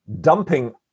dumping